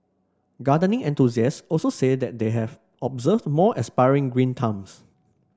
gardening enthusiasts also say that they have observed more aspiring green thumbs